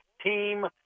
team